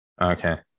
Okay